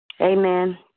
Amen